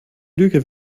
lüge